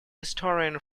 historian